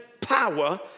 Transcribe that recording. power